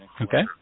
Okay